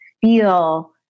feel